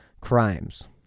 crimes